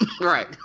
right